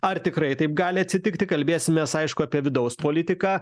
ar tikrai taip gali atsitikti kalbėsimės aišku apie vidaus politiką